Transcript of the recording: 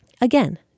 Again